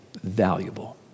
valuable